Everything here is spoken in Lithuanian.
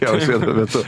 jos vienu metu